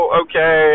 okay